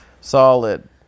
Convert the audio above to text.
Solid